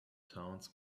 towns